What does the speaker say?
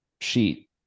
sheet